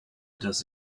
does